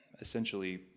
essentially